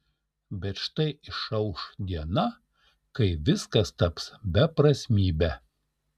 bet štai išauš diena kai viskas taps beprasmybe